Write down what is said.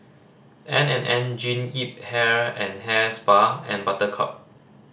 N and N Jean Yip Hair and Hair Spa and Buttercup